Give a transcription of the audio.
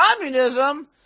communism